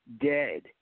dead